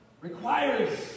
requires